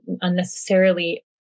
unnecessarily